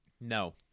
No